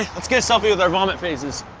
let's get a selfie with our vomit faces.